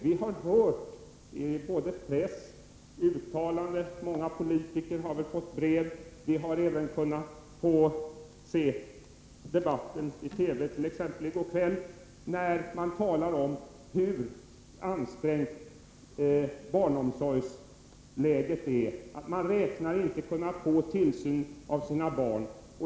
Det har gjorts pressuttalanden, många politiker har väl fått brev, vi har kunnat se debatter i TV, t. ex i går kväll, om hur ansträngt barnomsorgsläget är. Man räknar med att inte kunna få tillsyn av sina barn.